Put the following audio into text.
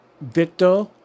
Victor